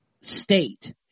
state